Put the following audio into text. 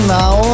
now